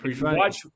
watch